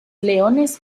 leones